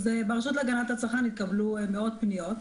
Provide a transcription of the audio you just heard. ברשות להגנת הצרכן התקבלו מאות פניות.